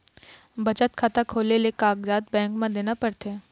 बचत खाता खोले ले का कागजात बैंक म देना पड़थे?